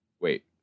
Wait